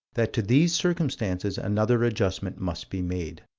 that to these circumstances another adjustment must be made.